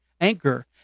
Anchor